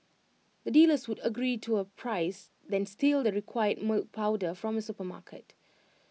the dealers would agree to A price then steal the required milk powder from A supermarket